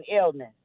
illness